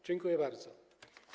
Dziękuję bardzo.